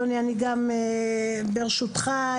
ברשותך,